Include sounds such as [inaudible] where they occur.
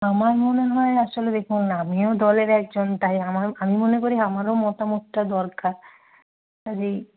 আমার মনে হয় আসলে দেখুন আমিও দলের একজন তাই [unintelligible] আমি মনে করি আমারও মতামতটা দরকার কাজেই